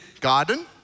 garden